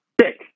Six